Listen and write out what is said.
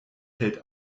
hält